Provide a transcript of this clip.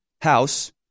House